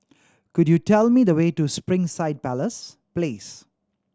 could you tell me the way to Springside Palace Place